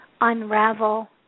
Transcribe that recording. unravel